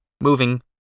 moving